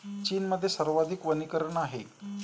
चीनमध्ये सर्वाधिक वनीकरण आहे